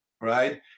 right